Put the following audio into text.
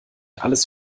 alles